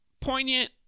poignant